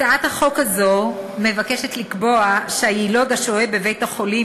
הצעת החוק הזו מבקשת לקבוע שהיילוד השוהה בבית-החולים